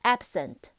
Absent